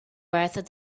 with